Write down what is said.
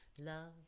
Love